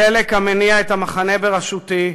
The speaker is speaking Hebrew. הדלק המניע את המחנה בראשותי,